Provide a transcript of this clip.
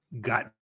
got